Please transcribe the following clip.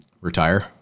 Retire